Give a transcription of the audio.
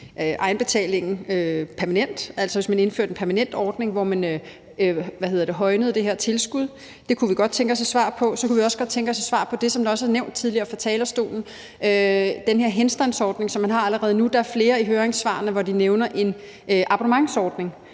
egenbetalingen permanent, altså hvis man indførte en permanent ordning, hvor man øgede det her tilskud. Det kunne vi godt tænke os et svar på. Så kunne vi også godt tænke os et svar vedrørende det, som også er blevet nævnt tidligere fra talerstolen, nemlig den her henstandsordning, som man har allerede nu. Der er flere, som i deres høringssvar nævner en abonnementsordning.